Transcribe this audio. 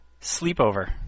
Sleepover